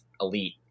elite